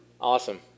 Awesome